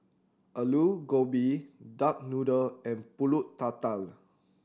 Aloo Gobi duck noodle and Pulut Tatal